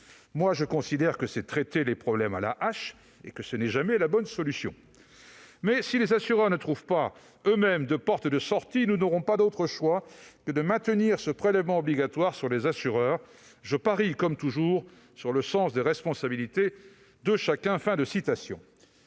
:« Je considère que c'est vraiment traiter les problèmes à la hache et que ce n'est jamais la bonne solution, mais si les assureurs ne trouvent pas eux-mêmes la porte de sortie, nous n'aurons pas d'autre choix que de maintenir ce prélèvement obligatoire sur les assureurs. La balle est dans leur camp et je parie, comme toujours, sur le sens des responsabilités de chacun. »